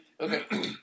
Okay